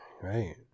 Right